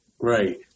Right